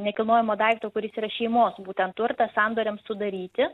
nekilnojamo daikto kuris yra šeimos būtent turtas sandoriams sudaryti